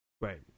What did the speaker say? Right